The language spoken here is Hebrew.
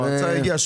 האוצר הגיע.